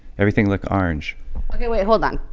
everything looked orange ok, wait. hold on.